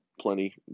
Plenty